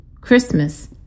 Christmas